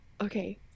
okay